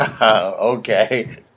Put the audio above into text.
Okay